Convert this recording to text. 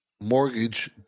mortgage